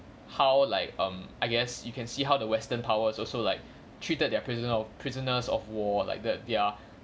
how like um I guess you can see how the western powers also like treated their prisoner of prisoners of war like that their